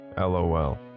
LOL